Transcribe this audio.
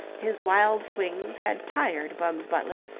his wild swings had tired bugs butler,